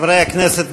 חברי הכנסת,